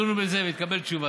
הם ידונו בזה ותקבל תשובה.